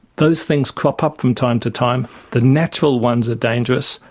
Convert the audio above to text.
those things crop up from time to time. the natural ones are dangerous,